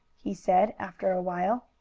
he said, after a while.